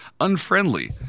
unfriendly